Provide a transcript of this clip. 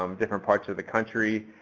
um different parts of the country.